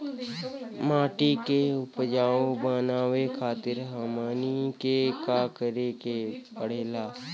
माटी के उपजाऊ बनावे खातिर हमनी के का करें के पढ़ेला?